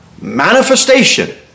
manifestation